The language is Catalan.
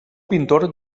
pintor